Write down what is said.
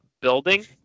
building